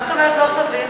מה זאת אומרת לא סביר?